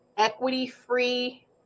Equity-free